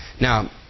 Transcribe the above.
Now